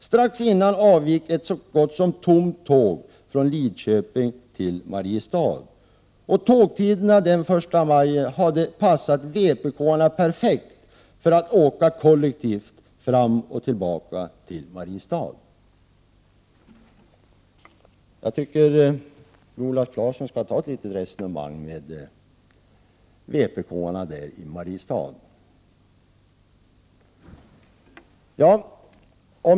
Strax innan avgick ett så gott som tomt tåg från Lidköping mot Mariestad. Och tågtiderna den 1 maj hade passat vpk-arna perfekt för att att åka kollektivt fram-och-tillbaka till Mariestad ——-=-.” Jag tycker att Viola Claesson skall ta ett litet resonemang med vpk-arna i Mariestad.